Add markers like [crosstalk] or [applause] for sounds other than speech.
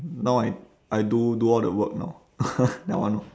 now I I do do all the work now [laughs] that one orh